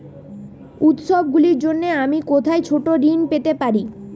উত্সবগুলির জন্য আমি কোথায় ছোট ঋণ পেতে পারি?